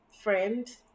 friend